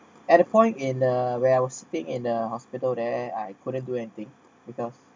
at the point in a where I was sleeping in a hospital there I couldn't do anything because